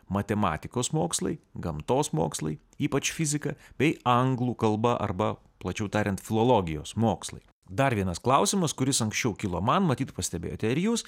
matematikos mokslai gamtos mokslai ypač fizika bei anglų kalba arba plačiau tariant filologijos mokslai dar vienas klausimas kuris anksčiau kilo man matyt pastebėjote ir jūs